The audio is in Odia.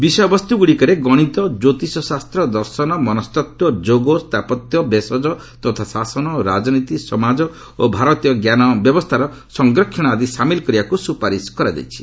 ବିଷୟବସ୍ତୁଗୁଡ଼ିକରେ ଗଣିତ କ୍ୟୋତିଷଶାସ୍ତ ଦର୍ଶନ ମନସ୍ତଭ୍ୱ ଯୋଗ ସ୍ଥାପତ୍ୟ ଭେଷକ ତଥା ଶାସନ ରାଜୀନତି ସମାଜ ଓ ଭାରଜୀୟ ଞ୍ଜାନ ବ୍ୟବସ୍ଥାର ସଂରକ୍ଷଣ ଆଦି ସାମିଲ୍ କରିବାକୁ ସ୍ରପାରିସ୍ କରାଯାଇଛି